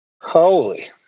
Holy